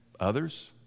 Others